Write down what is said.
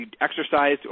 exercise